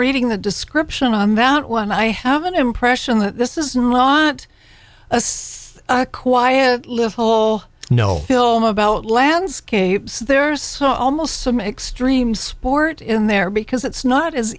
reading the description on that one i have an impression that this is not a safe quiet little no film about landscapes there are so almost some extreme sport in there because it's not as